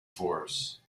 force